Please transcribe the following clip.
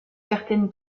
certaine